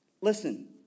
Listen